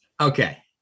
Okay